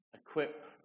equip